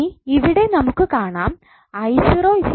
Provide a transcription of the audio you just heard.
ഇനി ഇവിടെ നമുക്ക് കാണാം 𝑖5−𝑖0′′